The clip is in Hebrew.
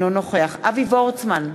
אינו נוכח אבי וורצמן,